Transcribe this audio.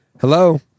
hello